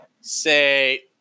Say